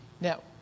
Now